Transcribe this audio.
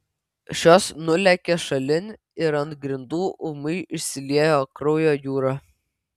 šios nulėkė šalin ir ant grindų ūmai išsiliejo kraujo jūra